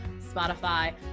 Spotify